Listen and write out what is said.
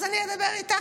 אז אני אדבר איתך,